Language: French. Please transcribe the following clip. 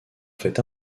fait